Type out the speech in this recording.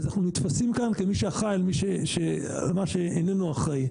אז אנחנו נתפסים כאן כמי שאחראי על מה שאיננו אחראי.